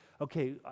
okay